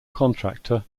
contractor